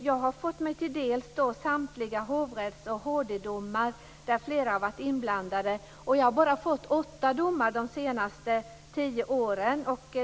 Jag har fått mig till dels samtliga hovrätts och HD-domar där flera har varit inblandade, och jag har bara fått åtta domar de senaste tio åren.